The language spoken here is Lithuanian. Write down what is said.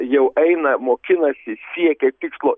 jau eina mokinasi siekia tikslo